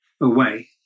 away